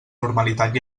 normalitat